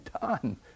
done